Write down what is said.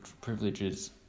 privileges